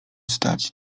stać